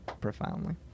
profoundly